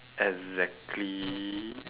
exactly